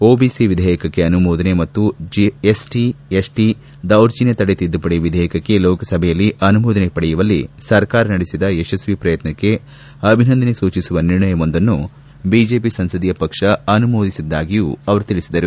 OBC ವಿಧೇಯಕಕ್ಕೆ ಅನುಮೋದನೆ ಮತ್ತು ಎಸ್ಸಿ ಎಸ್ಟಿ ದೌರ್ಜನ್ಗ ತಡೆ ತಿದ್ದುಪಡಿ ವಿಧೇಯಕಕ್ಕೆ ಲೋಕಸಭೆಯಲ್ಲಿ ಅನುಮೋದನೆ ಪಡೆಯುವಲ್ಲಿ ಸರ್ಕಾರ ನಡೆಸಿದ ಯಶಸ್ವಿ ಪ್ರಯತ್ನಕ್ಕೆ ಅಭಿನಂದನೆ ಸೂಚಿಸುವ ನಿರ್ಣಯವೊಂದನ್ನು ಬಿಜೆಪಿ ಸಂಸದೀಯ ಪಕ್ಷ ಅನುಮೋದಿಸಿದ್ದಾಗಿಯೂ ಅವರು ತಿಳಿಸಿದರು